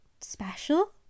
special